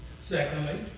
Secondly